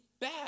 bad